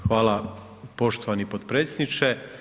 Hvala poštovani potpredsjedniče.